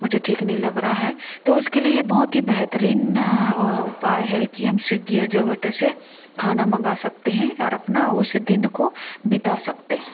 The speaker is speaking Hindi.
मुझे ठीक नहीं लग रहा है तो उसके लिए बहुत ही बैहतरीन उपाय है कि हम स्वीग्गी या जोमैटो से खाना मंगा सकते हैं और अपना उस दिन को बिता सकते हैं